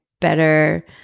better